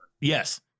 yes